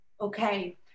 Okay